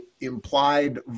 implied